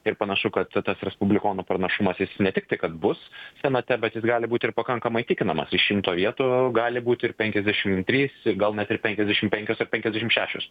ir panašu kad tas respublikonų pranašumas jis ne tiktai kad bus senate bet jis gali būt ir pakankamai įtikinamas iš šimto vietų gali būt ir penkiasdešim trys gal net ir penkiasdešim penkios ar penkiasdešim šešios